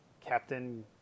captain